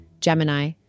Gemini